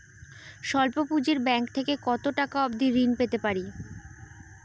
স্বল্প পুঁজির ব্যাংক থেকে কত টাকা অবধি ঋণ পেতে পারি?